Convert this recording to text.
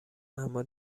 اما